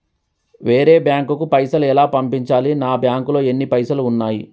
వేరే బ్యాంకుకు పైసలు ఎలా పంపించాలి? నా బ్యాంకులో ఎన్ని పైసలు ఉన్నాయి?